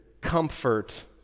comfort